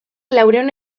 laurehun